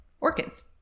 orchids